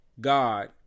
God